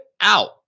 out